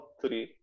three